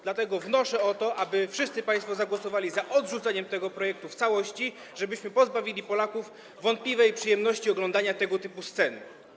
Dlatego wnoszę o to, aby wszyscy państwo zagłosowali za odrzuceniem tego projektu w całości, żebyśmy pozbawili Polaków wątpliwej przyjemności oglądania tego typu scen.